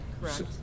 correct